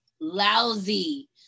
lousy